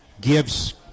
gives